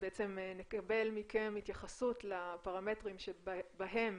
שבעצם נקבל מכם התייחסות לפרמטרים שבהם,